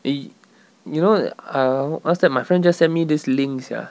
eh you know that I uh what's that my friend just send me this links ya